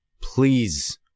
Please